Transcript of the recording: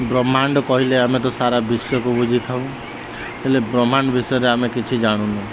ବ୍ରହ୍ମାଣ୍ଡ କହିଲେ ଆମେ ତ ସାରା ବିଶ୍ୱକୁ ବୁଝିଥାଉ ହେଲେ ବ୍ରହ୍ମାଣ୍ଡ ବିଷୟରେ ଆମେ କିଛି ଜାଣୁନୁ